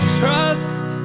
trust